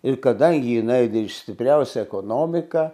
ir kadangi jinai stipriausią ekonomiką